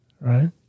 Right